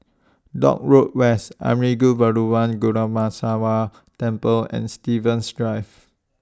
Dock Road West Arulmigu Velmurugan Temple and Stevens Drive